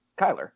Kyler